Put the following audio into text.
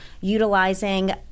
utilizing